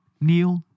Neil